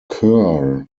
kerr